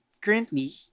Currently